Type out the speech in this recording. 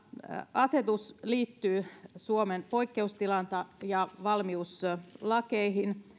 asetus liittyy suomen poikkeustilaan ja valmiuslakeihin